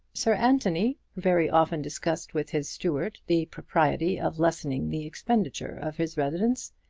sir anthony very often discussed with his steward the propriety of lessening the expenditure of his residence,